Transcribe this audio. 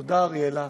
תודה, אריאלה,